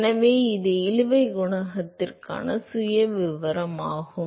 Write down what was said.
எனவே இது இழுவை குணகத்திற்கான சுயவிவரமாகும்